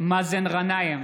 מאזן גנאים,